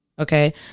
Okay